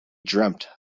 dreamt